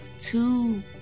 two